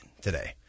today